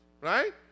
right